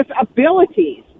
abilities